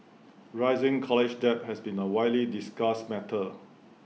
rising college debt has been A widely discussed matter